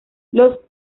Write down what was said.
los